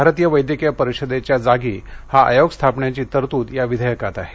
भारतीय वैद्यकिय परिषदेच्या जागी हा आयोग स्थापण्याची तरतुद या विधेयकात आहे